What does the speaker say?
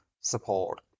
support